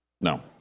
No